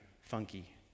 funky